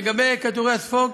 לגבי כדורי הספוג,